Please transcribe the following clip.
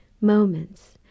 moments